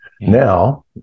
Now